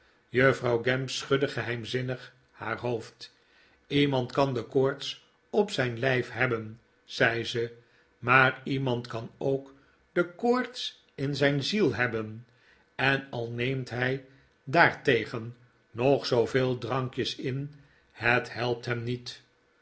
juffrouw gamp schudde geheimzinnig haar hoofd iemand kan de koorts op zijn lijf hebben zei ze maar iemand kan ook de koorts in zijn ziel hebben en al neemt hij daartegen nog zooveel drankjes in het helpt hem niet